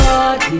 Lord